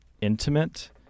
intimate